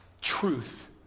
truth